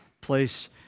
place